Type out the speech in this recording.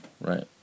Right